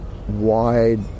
wide